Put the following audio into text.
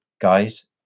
guys